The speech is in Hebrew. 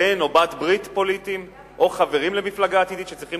בן או בת ברית פוליטיים או חברים למפלגה עתידית שצריכים